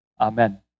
Amen